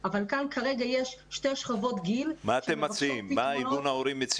אבל כאן כרגע יש שתי שכבות גיל יושב-ראש- -- מה מציע ארגון ההורים?